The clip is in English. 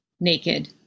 naked